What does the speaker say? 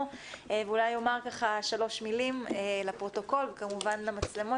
ואולי יאמר שלוש מילים לפרוטוקול וכמובן למצלמות,